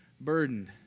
burdened